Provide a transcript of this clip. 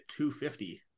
250